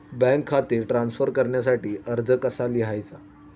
Bank खाते transfer करण्यासाठी अर्ज कसा लिहायचा?